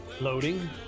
Loading